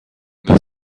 the